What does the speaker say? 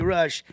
Rush